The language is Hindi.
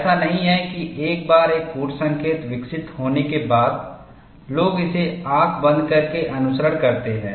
ऐसा नहीं है कि एक बार एक कूट संकेत विकसित होने के बाद लोग इसे आँख बंद करके अनुसरण करते हैं